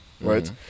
right